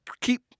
keep